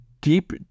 deep